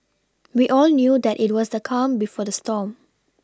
we all knew that it was the calm before the storm